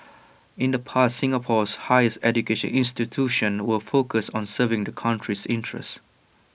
in the past Singapore's higher education institutions were focused on serving the country's interests